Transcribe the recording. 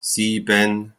sieben